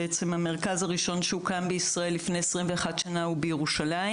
המרכז הראשון שהוקם בישראל לפני 21 שנה הוא בירושלים.